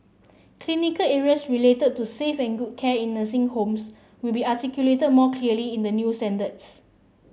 clinical areas related to safe and good care in the same homes will be articulated more clearly in the new standards